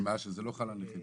השווי של ההנחה הזו, 280 מיליון.